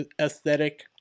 aesthetic